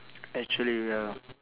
actually ya